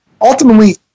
ultimately